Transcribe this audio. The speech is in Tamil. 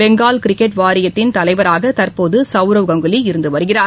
பெங்கால் கிரிக்கெட் வாரியத்தின் தலைவராக தற்போது சவுரவ் கங்குலி இருந்து வருகிறார்